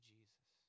Jesus